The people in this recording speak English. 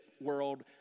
world